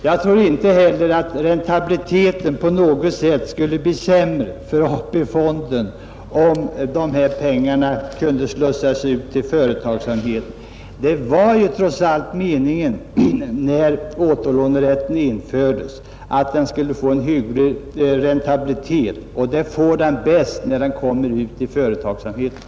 Jag tror inte heller att räntabiliteten på något sätt skulle bli sämre för AP-fonden om dessa pengar kunde slussas ut till företagsamhet. Det var ju trots allt meningen, när återlånerätten infördes, att den skulle få en hygglig räntabilitet, och det får den bäst när den kommer ut i företagsamheten.